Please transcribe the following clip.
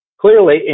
Clearly